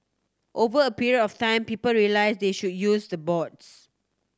over a period of time people realise they should use the boards